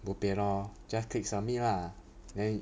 bo pian lor just click submit lah then